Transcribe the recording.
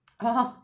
orh